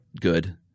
good